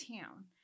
town